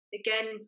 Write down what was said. again